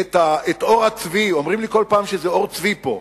את עור הצבי, אומרים לי כל פעם שזה עור צבי פה,